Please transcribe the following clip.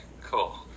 cool